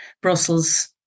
Brussels